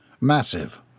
Massive